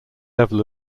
level